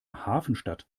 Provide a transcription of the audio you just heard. hafenstadt